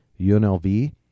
UNLV